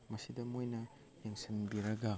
ꯃꯁꯤꯗ ꯃꯣꯏꯅ ꯌꯦꯡꯁꯤꯟꯕꯤꯔꯒ